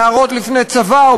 נערות לפני צבא,